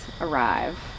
arrive